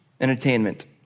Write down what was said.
entertainment